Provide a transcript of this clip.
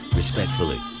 respectfully